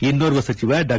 ಇನ್ನೋರ್ವ ಸಚಿವ ಡಾ